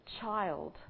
child